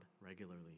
regularly